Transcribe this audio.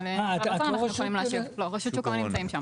ואנחנו יכולים להשיב על הכל.